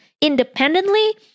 Independently